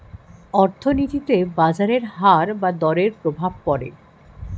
অর্থনীতিতে বাজারের হার বা দরের প্রভাব পড়ে